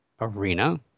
arena